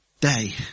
day